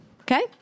Okay